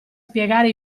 spiegare